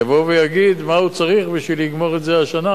יבוא ויגיד מה הוא צריך בשביל לגמור את זה השנה,